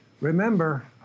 Remember